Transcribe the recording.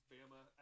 Bama